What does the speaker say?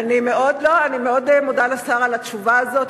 אני מאוד מודה לשר על התשובה הזאת.